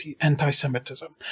anti-Semitism